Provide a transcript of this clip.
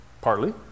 Partly